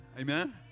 Amen